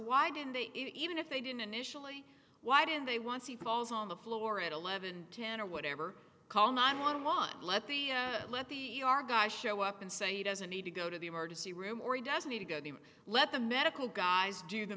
why didn't they even if they didn't initially why didn't they once he falls on the floor at eleven ten or whatever call nine one one let the let the e r guy show up and say he doesn't need to go to the emergency room or he doesn't need to go to let the medical guys do the